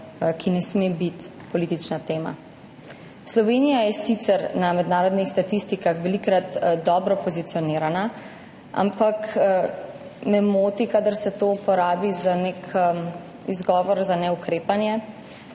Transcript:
ki ne sme biti politična tema. Slovenija je sicer na mednarodnih statistikah velikokrat dobro pozicionirana, ampak me moti, kadar se to uporabi za nek izgovor za neukrepanje,